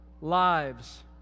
lives